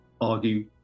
argue